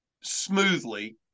smoothly